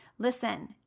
Listen